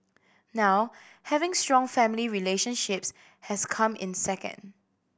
now having strong family relationships has come in second